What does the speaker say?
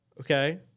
Okay